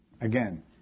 Again